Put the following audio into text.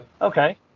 Okay